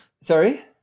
sorry